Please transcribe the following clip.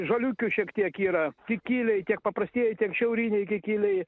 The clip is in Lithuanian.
žaliukių šiek tiek yra kikiliai tiek paprastieji tiek šiauriniai kikiliai